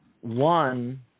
one